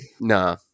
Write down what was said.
nah